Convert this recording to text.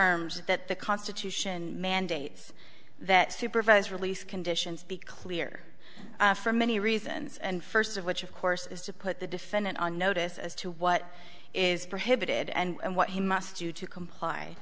irms that the constitution mandates that supervised release conditions be clear for many reasons and first of which of course is to put the defendant on notice as to what is prohibited and what he must do to comply